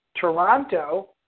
Toronto